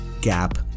gap